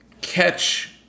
catch